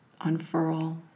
unfurl